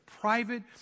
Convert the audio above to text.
private